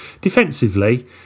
Defensively